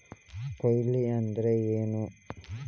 ಕೊಯ್ಲು ಅಂದ್ರ ಏನ್?